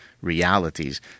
realities